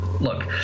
look